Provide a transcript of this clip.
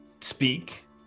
speak